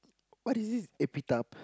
what is this